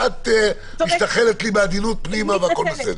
ואת משתחלת בעדינות פנימה והכול בסדר.